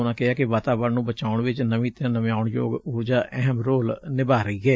ਉਨੂੰ ਕਿਹੈ ਕਿ ਵਾਤਾਵਰਨ ਨੁੰ ਬਚਾਉਣ ਵਿੱਚ ਨਵੀ ਤੇ ਨਵਿਆਉਣਯੋਗ ਉਰਜਾ ਅਹਿਮ ਰੋਲ ਨਿਭਾਅ ਰਹੀ ਏ